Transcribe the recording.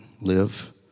live